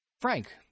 Frank